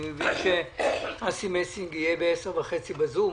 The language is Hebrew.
אני מבין שאסי מסינג יהיה ב-10:30 בזום,